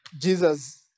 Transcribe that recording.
Jesus